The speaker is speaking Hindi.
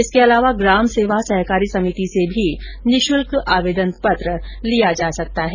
इसके अलावा ग्राम सेवा सहकारी समिति से भी निशुल्क आवेदन पत्र प्राप्त किया जा सकता है